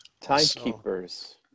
Timekeepers